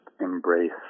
embrace